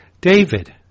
David